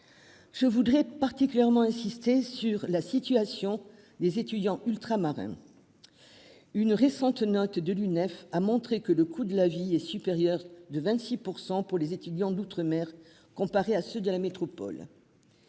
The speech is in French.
Je voudrais particulièrement insisté sur la situation des étudiants ultramarins. Une récente note de l'UNEF a montré que le coût de la vie est supérieure de 26% pour les étudiants d'outre- mer comparé à ceux de la métropole.